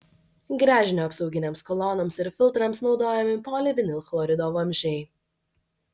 gręžinio apsauginėms kolonoms ir filtrams naudojami polivinilchlorido vamzdžiai